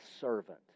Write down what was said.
servant